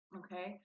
okay